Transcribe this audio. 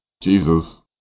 Jesus